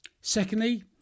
secondly